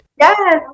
Yes